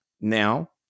now